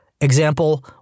Example